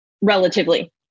relatively